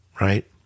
Right